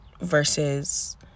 versus